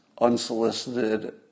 unsolicited